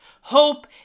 hope